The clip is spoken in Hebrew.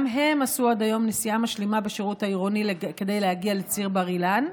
גם הם עשו עד היום נסיעה משלימה בשירות העירוני כדי להגיע לציר בר אילן.